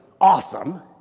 awesome